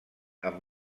amb